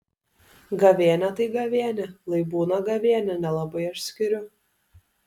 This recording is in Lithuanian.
gavėnia tai gavėnia lai būna gavėnia nelabai aš skiriu